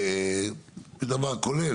זה דבר כולל,